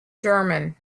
german